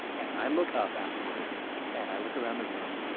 and i look up afterwards and i look around the room,